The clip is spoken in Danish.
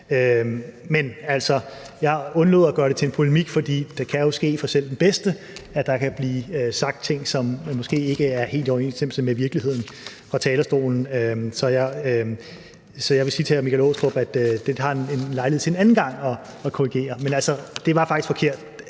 jeg undlod at gøre det til polemik, for det kan jo ske for selv den bedste, at der kan blive sagt ting, som måske ikke er helt i overensstemmelse med virkeligheden, fra talerstolen. Så jeg vil sige til hr. Michael Aastrup Jensen, at det er der lejlighed til en anden gang at korrigere. Men altså, det var faktisk forkert.